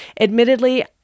Admittedly